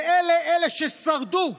ואלה מי ששרדו,